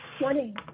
morning